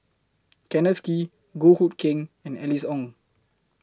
Kenneth Kee Goh Hood Keng and Alice Ong